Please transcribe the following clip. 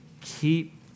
Keep